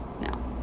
No